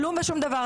כלום ושום דבר.